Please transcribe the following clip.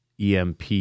EMP